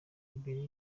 liberia